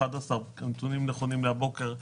על פי הנתונים נכון לבוקר זה,